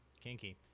Kinky